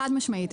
חד משמעית.